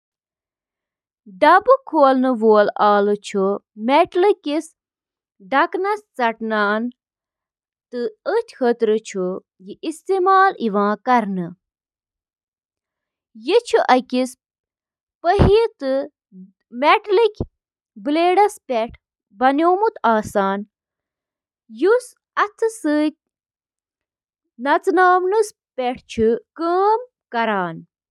سائیکلٕک اَہَم جُز تہٕ تِم کِتھ کٔنۍ چھِ اِکہٕ وٹہٕ کٲم کران تِمَن منٛز چھِ drive train, crank set, bottom bracket, brakes, wheel تہٕ ٹائر تہٕ باقی۔